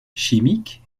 chimiques